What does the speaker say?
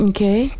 Okay